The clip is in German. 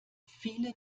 viele